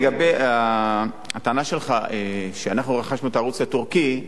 לגבי הטענה שלך שאנחנו רכשנו את הערוץ הטורקי,